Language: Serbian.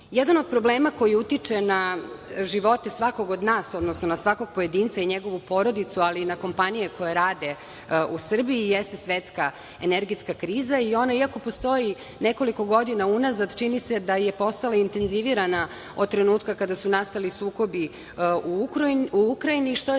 od problema koji utiče na živote svakog od nas, odnosno na svakog pojedinca i njegovu porodicu, ali i na kompanije koje rade u Srbiji, jeste svetska energetska kriza i ona iako postoji nekoliko godina unazad, čini se da je postala intenzivirana od trenutka kada su nastali sukobi u Ukrajini, što je